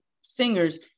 singers